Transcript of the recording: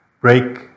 break